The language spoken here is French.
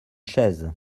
chaise